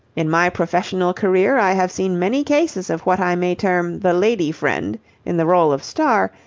in my professional career i have seen many cases of what i may term the lady friend in the role of star,